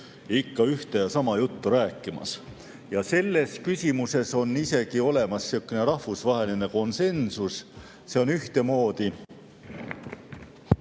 ikka ühte ja sama juttu rääkimas. Selles küsimuses on isegi olemas niisugune rahvusvaheline konsensus, see on ühtemoodi ...